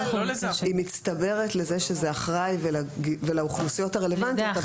היא מצטברת לזה שזה אחראי ולאוכלוסיות הרלוונטיות.